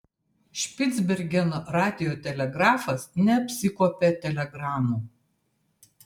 špicbergeno radiotelegrafas neapsikuopia telegramų